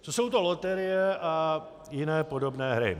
Co jsou to loterie a jiné podobné hry.